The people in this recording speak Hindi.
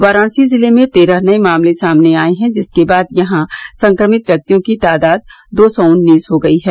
वाराणसी जिले में तेरह नए मामले सामने आए हैं जिसके बाद यहां संक्रमित व्यक्तियों की तादाद दो सौ उन्नीस हो गयी है